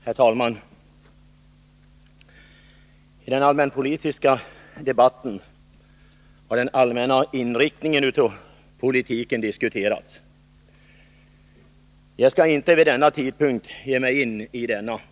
Herr talman! I den allmänpolitiska debatten har den allmänna inriktningen av politiken diskuterats. Jag skall inte vid denna tidpunkt ge mig in i den diskussionen.